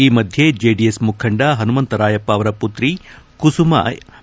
ಈ ಮಧ್ಯೆ ಜೆಡಿಎಸ್ ಮುಖಂಡ ಪನುಮಂತರಾಯಪ್ಪ ಅವರ ಪುತ್ರಿ ಕುಸುಮಾ ಎಚ್